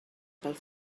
pel